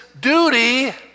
duty